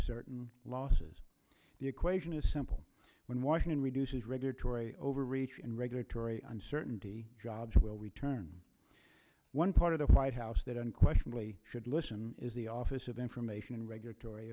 certain losses the equation is simple when washington reduces regulatory overreach and regulatory uncertainty jobs will return one part of the white house that unquestionably should listen is the office of information and regulatory